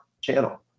channel